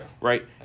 Right